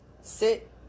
sit